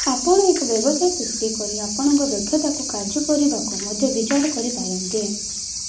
ଆପଣ ଏକ ବ୍ୟବସାୟ ସୃଷ୍ଟି କରି ଆପଣଙ୍କ ଦକ୍ଷତାକୁ କାର୍ଯ୍ୟ କରିବାକୁ ମଧ୍ୟ ବିଚାର କରିପାରନ୍ତି